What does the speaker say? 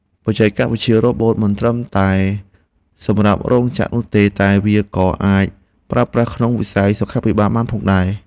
បច្ចេកវិទ្យារ៉ូបូតមិនមែនត្រឹមតែសម្រាប់រោងចក្រនោះទេតែវាក៏អាចប្រើប្រាស់ក្នុងវិស័យសុខាភិបាលបានផងដែរ។